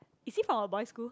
is he from a boys school